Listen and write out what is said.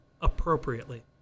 appropriately